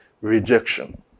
rejection